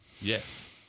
Yes